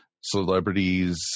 celebrities